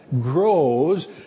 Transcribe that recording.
grows